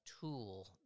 tool